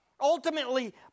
Ultimately